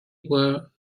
were